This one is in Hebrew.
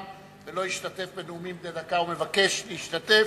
ולא השתתף בנאומים בני דקה ומבקש להשתתף?